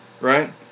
right